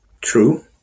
True